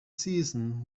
season